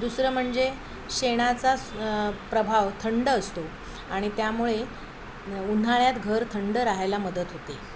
दुसरं म्हणजे शेणाचा स प्रभाव थंड असतो आणि त्यामुळे उन्हाळ्यात घर थंड राहायला मदत होते